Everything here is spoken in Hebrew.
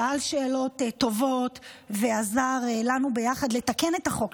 שאל שאלות טובות ועזר לנו ביחד לתקן את החוק,